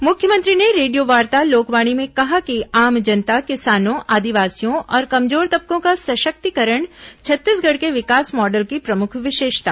मुख्यमंत्री ने रेडियोवार्ता लोकवाणी में कहा कि आम जनता किसानों आदिवासियों और कमजोर तबकों का सशक्तिकरण छत्तीसगढ़ के विकास मॉडल की प्रमुख विशेषता